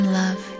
love